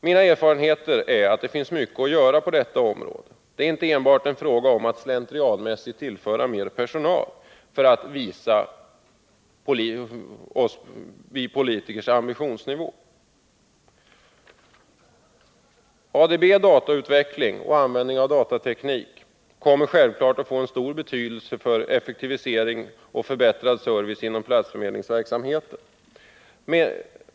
Mina erfarenheter är att det finns mycket att göra på detta område — det är inte enbart en fråga om att slentrianmässigt tillföra mer personal för att visa vilken ambitionsnivå vi politiker har. ADB, datautveckling och användning av datateknik kommer självfallet att få stor betydelse för effektivisering och förbättrad service inom platsförmedlingsverksamheten.